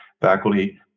faculty